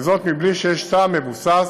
בלי שיש טעם מבוסס